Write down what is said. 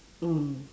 mm